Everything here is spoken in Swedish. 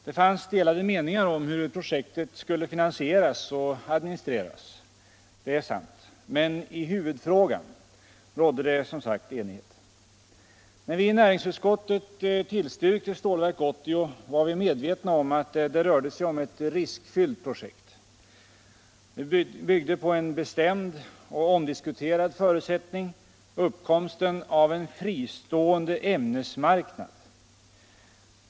Det fanns delade meningar om hur projektet skulle finansieras och administreras — det är sant. Men i huvudfrågan rådde det, som sagt, enighet. När vi i näringsutskottet tillstyrkte Stålverk 80 var vi medvetna om att det rörde sig om ett riskfyllt projekt. Det byggde på en bestämd - och omdiskuterad — förutsättning: uppkomsten av en fristående ämnesmarknad.